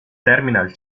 terminal